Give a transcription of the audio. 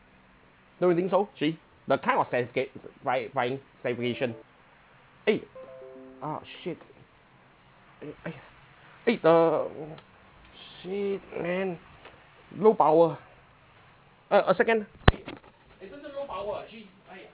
don't you think so actually the time of sche~ sche~ find finding segregation eh ah shit eh !aiya! eh the shit man low power a a second eh low power ah actually !aiya!